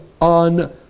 on